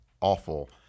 awful